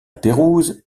pérouse